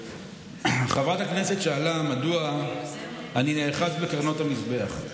חברת הכנסת שאלה מדוע אני נאחז בקרנות המזבח.